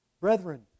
Brethren